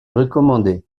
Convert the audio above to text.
recommandée